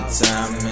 time